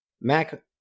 mac